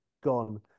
gone